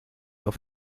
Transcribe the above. auf